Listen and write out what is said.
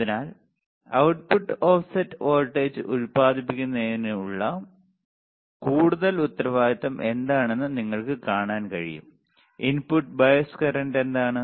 അതിനാൽ output offset voltage ഉൽപാദിപ്പിക്കുന്നതിനുള്ള കൂടുതൽ ഉത്തരവാദിത്തം എന്താണെന്ന് നിങ്ങൾക്ക് കാണാൻ കഴിയും ഇൻപുട്ട് ബയസ് കറന്റ് എന്താണ്